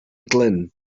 glynn